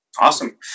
Awesome